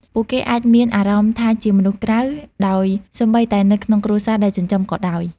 ពួកគេអាចមានអារម្មណ៍ថាជាមនុស្សក្រៅ ដោយសូម្បីតែនៅក្នុងគ្រួសារដែលចិញ្ចឹមក៏ដោយ។